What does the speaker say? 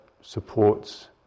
supports